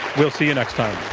we'll see you next time.